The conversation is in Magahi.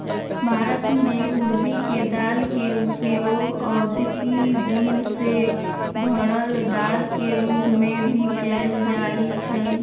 भारत में उर्दी के दाल के उपयोग औषधि गुण से भरल दाल के रूप में भी कएल जाई छई